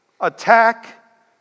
Attack